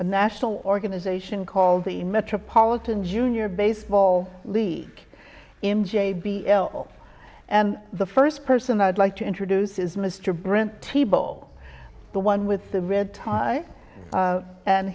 a national organization called the metropolitan junior baseball league in j b l and the first person i'd like to introduce is mr brant t ball the one with the red tie